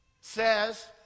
says